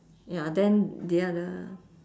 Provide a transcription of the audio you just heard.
ya then the other